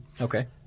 okay